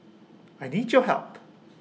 I need your help